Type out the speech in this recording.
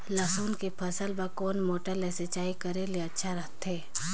लसुन के फसल बार कोन मोटर ले सिंचाई करे ले अच्छा रथे?